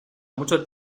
mucho